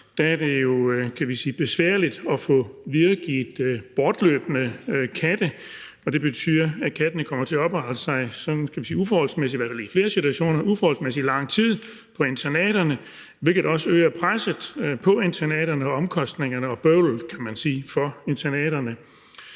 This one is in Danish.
er det besværligt at få videregivet bortløbne katte. Det betyder, at kattene i flere situationer kommer til at opholde sig uforholdsmæssig lang tid på internaterne, hvilket også øger presset på internaterne og omkostningerne og bøvlet, kan